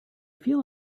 feel